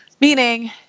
meaning